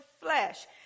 flesh